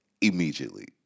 immediately